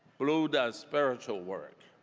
bluu does spiritual work.